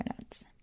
notes